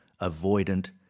avoidant